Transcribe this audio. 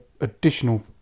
additional